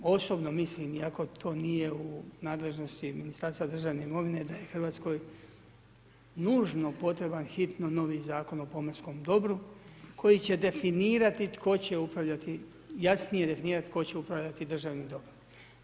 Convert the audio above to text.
Osobno mislim kako to nije u nadležnosti Ministarstva državne imovine, da je Hrvatskoj, nužno, potreban hitno novi Zakon o pomorskom dobru, koji će definirati, tko će upravljati, jasnije definirati, tko će upravljati državnim dobrom.